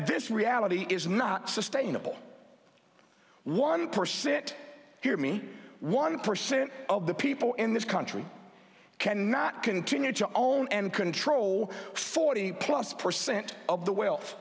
this reality is not sustainable one percent here me one percent of the people in this country cannot continue to own and control forty plus percent of the wealth